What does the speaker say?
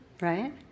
right